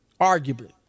arguably